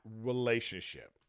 relationship